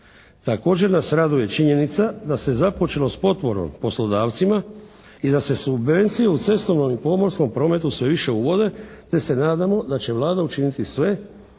Također nas raduje činjenica da se započelo s potporom s poslodavcima i da se subvenciju u cestovnom i pomorskom prometu sve više uvode te se nadamo da će Vlada učiniti sve da se